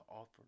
offer